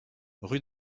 rue